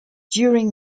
during